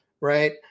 Right